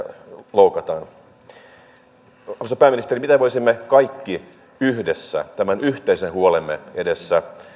loukataan arvoisa pääministeri mitä voisimme kaikki yhdessä tämän yhteisen huolemme edessä